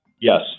Yes